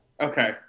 okay